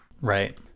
right